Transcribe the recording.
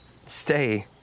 Stay